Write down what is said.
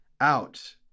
out